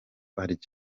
arya